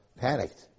panicked